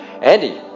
Andy